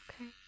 Okay